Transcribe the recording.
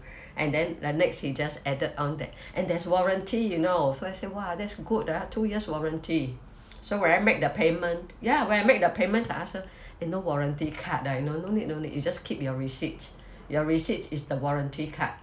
and then the next he just added on that and there's warranty you know so I said !wah! that's good ah two years warranty so when I make the payment ya when I make the payment I ask her eh no warranty card ah no no need no need you just keep your receipt your receipt is the warranty card